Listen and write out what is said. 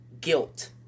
Guilt